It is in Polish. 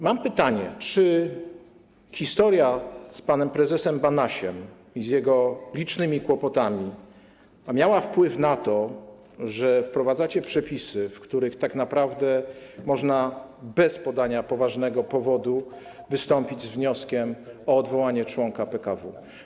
Mam pytanie: Czy historia z panem prezesem Banasiem i z jego licznymi kłopotami miała wpływ na to, że wprowadzacie przepisy, na podstawie których tak naprawdę można bez podania poważnego powodu wystąpić z wnioskiem o odwołanie członka PKW?